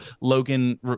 Logan